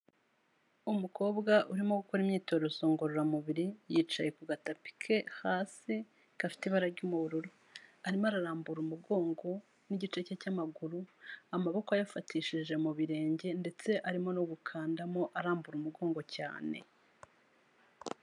Umukobwa urimo gukora imyitozo ngororamubiri, yicaye ku gatakapi ke hasi, gafite ibara ry'ubururu, arimo ararambura umugongo n'igice cye cy'amaguru, amaboko ayafatishije mu birenge ndetse arimo no gukandamo arambura umugongo cyane.